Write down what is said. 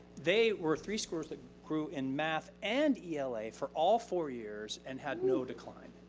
they were three scores that grew in math and ela for all four years and had no decline.